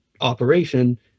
operation